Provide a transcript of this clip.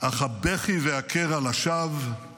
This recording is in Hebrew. אך הבכי והקרע לשווא /